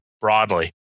broadly